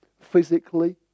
physically